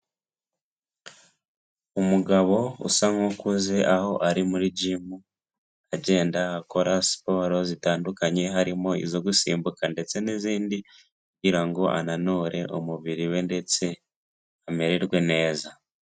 Umugabo usa nk'ukuze aho ari muri gimu agenda akora siporo zitandukanye harimo izo gusimbuka ndetse n'izindi kugira ngo ananure umubiri we ndetse amererwe neza.